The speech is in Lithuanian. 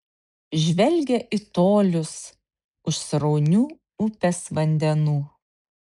žvelgia į tolius už sraunių upės vandenų